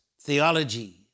theology